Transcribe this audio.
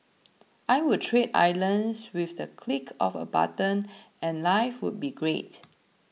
I would trade islands with the click of a button and life would be great